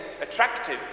attractive